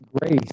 grace